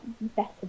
better